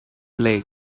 lake